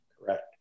Correct